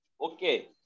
Okay